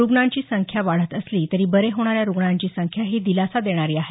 रुग्णांची संख्या वाढत असली तरी बरे होणाऱ्या रुग्णांची संख्याही दिलासा देणारी आहे